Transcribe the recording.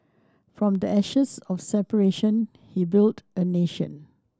from the ashes of separation he built a nation